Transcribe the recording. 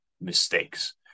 mistakes